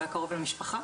הוא היה קרוב למשפחה,